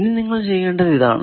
ഇനി നിങ്ങൾ ചെയ്യേണ്ടതു ഇതാണ്